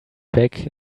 back